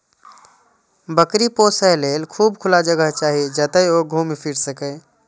बकरी पोसय लेल खूब खुला जगह चाही, जतय ओ घूमि फीरि सकय